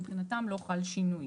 מבחינתם לא חל שינוי.